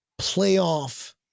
playoff